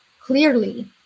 clearly